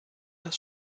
das